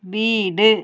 வீடு